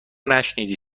نشنیدی